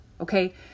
okay